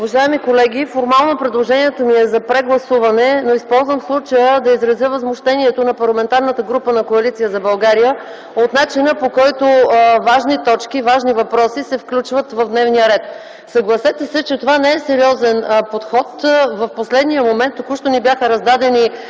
Уважаеми колеги, формално предложението ми е за прегласуване, но използвам случая, за да изразя възмущението на Парламентарната група на Коалиция за България от начина, по който важни точки, важни въпроси се включват в дневния ред. Съгласете се, че това не е сериозен подход. В последния момент ни бяха раздадени